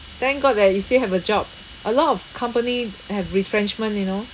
thank god that you still have a job a lot of company have retrenchment you know